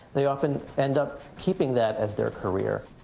they often end up keeping that as their career